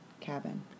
cabin